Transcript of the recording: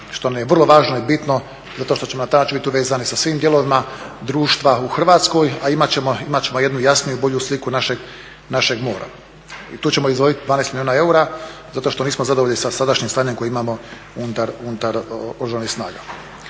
što je vrlo važno i bitno zato što ćemo na taj način biti povezani sa svim dijelovima društva u Hrvatskoj, a imat ćemo jednu jasniju i bolju sliku našeg mora i tu ćemo izdvojiti 12 milijuna eura zato što nismo zadovoljni sa sadašnjim stanjem koje imamo unutar Oružanih snaga.